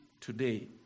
today